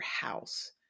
house